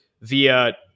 via